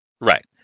right